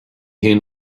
haon